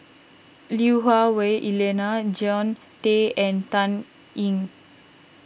Lui Hah Wah Elena Jean Tay and Dan Ying